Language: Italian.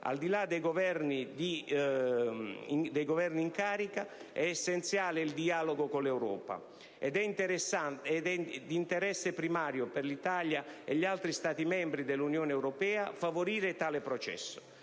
al di là dei Governi in carica, è essenziale il dialogo con l'Europa. Ed è interesse primario dell'Italia e degli altri Stati membri dell'Unione europea favorire tale processo.